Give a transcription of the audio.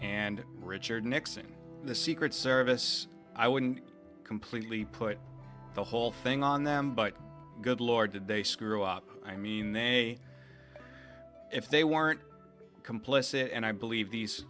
and richard nixon the secret service i wouldn't completely put the whole thing on them but good lord did they screw up i mean if they weren't complicit and i believe these